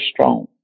strong